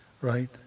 right